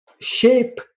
shape